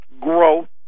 growth